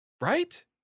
right